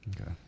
Okay